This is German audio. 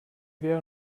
wäre